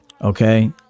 Okay